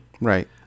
Right